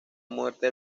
muerte